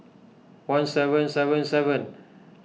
one seven seven seven